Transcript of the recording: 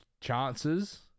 chances